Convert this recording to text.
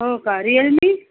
हो का रियलमी